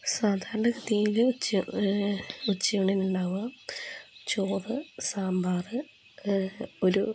സാധാരണ ഗതിയിൽ ഉച്ചയൂണിനു ഉണ്ടാവുക ചോറ് സാമ്പാർ ഒരു